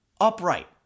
upright